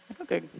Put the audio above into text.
Okay